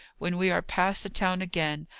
when we are past the town again,